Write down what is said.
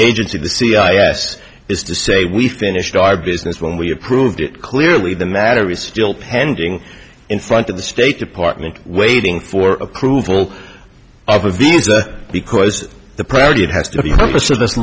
agency the c i s is to say we finished our business when we approved it clearly the matter is still pending in front of the state department waiting for approval of a visa because the priority